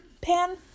pan